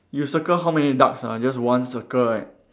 you circle how many ducks ah just one circle right